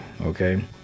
Okay